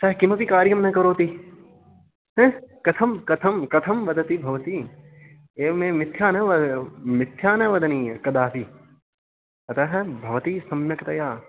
सः किमपि कार्यं न करोति कथं कथं कथं वदति भवती एवमेव मिथ्या न वद मिथ्या न वदनीय कदापि अतः भवती सम्यक्तया